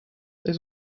this